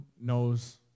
knows